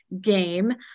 game